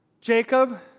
Jacob